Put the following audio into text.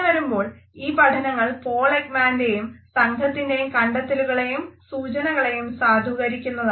അങ്ങനെ വരുമ്പോൾ ഈ പഠനങ്ങൾ പോൾ ഏകമന്റേയും സംഘത്തിന്റെയും കണ്ടെത്തലുകളേയും സൂചനകളേയും സാധൂകരിക്കുന്നതാണ്